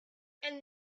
and